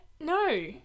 no